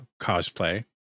cosplay